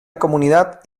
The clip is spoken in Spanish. comunidad